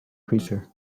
creature